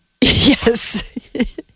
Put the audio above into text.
yes